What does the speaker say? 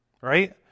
right